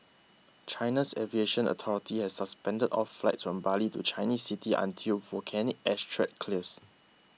China's aviation authority has suspended all flights from Bali to Chinese cities until volcanic ash threat clears